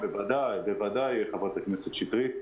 בוודאי, חברת הכנסת שטרית.